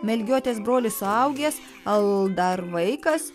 melgiotės brolis suaugęs al dar vaikas